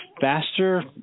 faster